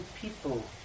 people